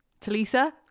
Talisa